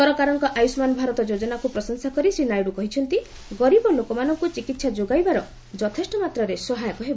ସରକାରଙ୍କ ଆୟୁଷ୍ମାନ ଭାରତ ଯୋଜନାକୁ ପ୍ରଶଂସା କରି ଶ୍ରୀ ନାଇଡୁ କହିଛନ୍ତି ଗରିବ ଲୋକମାନଙ୍କୁ ଚିକିହା ଯୋଗାଇବାର ଯଥେଷ୍ଟ ମାତ୍ରାରେ ସହାୟକ ହେବ